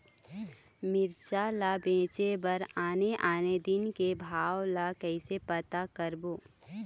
मिरचा ला बेचे बर आने आने दिन के भाव ला कइसे पता करबो?